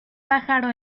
pájaro